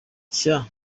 nshya